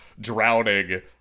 Drowning